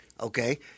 Okay